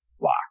lock